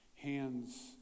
Hands